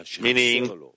meaning